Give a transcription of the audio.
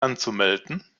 anzumelden